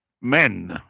men